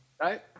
Right